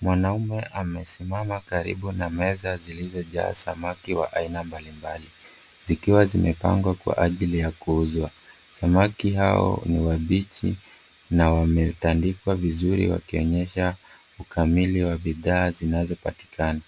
Mwanaume amesimama karibu na meza zilizojaa samamki wa aina mbalimbali zikiwa zimepangwa kwa ajili ya kuuzwa. Samaki hao ni wabichi na wametandikwa vizuri wakionyesha ukamili wa bidhaa zinazopatikana.